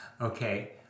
Okay